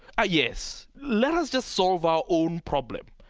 ah yes. let us just solve our own problem.